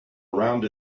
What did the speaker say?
around